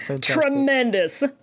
Tremendous